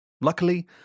Luckily